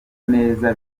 neza